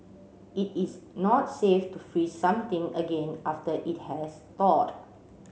it is not safe to freeze something again after it has thawed